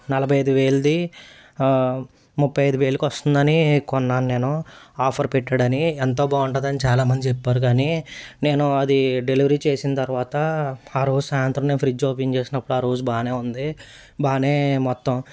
నలభై ఐదు వేలుది ముప్పై ఐదు వేలుకి వస్తుందని కొన్నాను నేను ఆఫర్ పెట్టాడని ఎంతో బాగుంటదని చాలా మంది చెప్పారు గానీ నేను అది డెలివరీ చేసిన తర్వాత ఆ రోజు సాయంత్రం నేను ఫ్రిడ్జ్ ఓపెన్ చేసినప్పుడు ఆ రోజు బాగానే ఉంది బాగానే మొత్తం